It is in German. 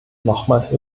nochmals